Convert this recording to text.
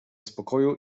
spokoju